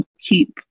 keep